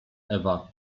ewa